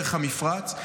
דרך המפרץ,